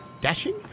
Dashing